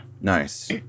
Nice